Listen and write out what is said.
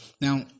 now